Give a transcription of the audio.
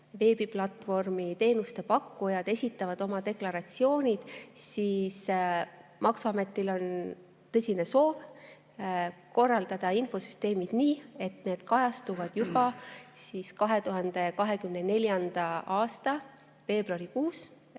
veebiplatvormiteenuste pakkujad esitavad oma deklaratsioonid, siis maksuametil on tõsine soov korraldada infosüsteemid nii, et need [andmed] kajastuksid juba 2024. aasta veebruarikuus